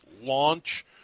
launch